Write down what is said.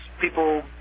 People